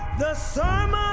the sermons